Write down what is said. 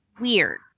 weird